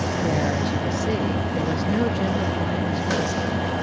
where, as you will see, there was no gentle politeness wasted.